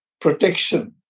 protection